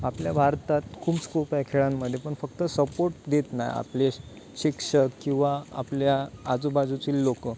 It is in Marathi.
आपल्या भारतात खूप स्कोप आहे खेळांमध्ये पण फक्त सपोर्ट देत नाही आपले शिक्षक किंवा आपल्या आजूबाजूची लोकं